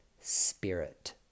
spirit